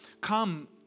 Come